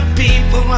people